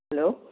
hello